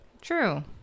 True